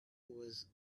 was